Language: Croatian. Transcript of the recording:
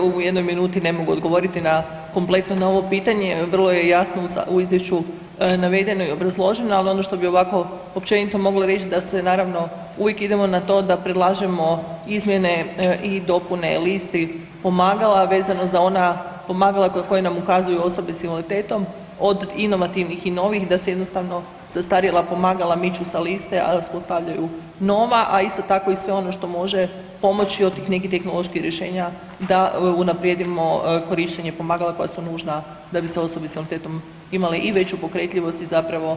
Pa doista u jednoj minuti ne mogu odgovoriti na, kompletno na ovo pitanje, vrlo je jasno u izvješću navedeno i obrazloženo, ali ono što bi ovako općenito mogla reći da se naravno uvijek idemo na to da predlažemo izmjene i dopune listi pomagala vezano za ona pomagala na koje nam ukazuju osobe s invaliditetom, od inovativnih i novih da se jednostavno zastarjela pomagala miču sa liste, a da se ostavljaju nova, a isto tako i sve ono što može pomoći od tih nekih tehnoloških rješenja da unaprijedimo korištenje pomagala koja su nužna da bi se osobe s invaliditetom imale i veću pokretljivost i zapravo